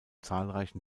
zahlreichen